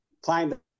climb